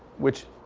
which,